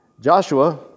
Joshua